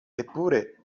eppure